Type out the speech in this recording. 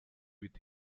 with